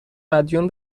مدیون